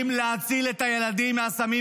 להביא את המנכ"לים,